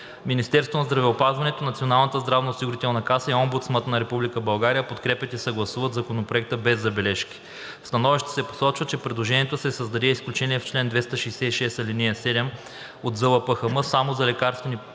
Министерството на здравеопазването, Националната здравноосигурителна каса и Омбудсманът на Република България подкрепят и съгласуват Законопроекта без забележки. В становищата се посочва, че предложението да се създаде изключение в чл. 266, ал. 7 от ЗЛПХМ само за лекарствени продукти,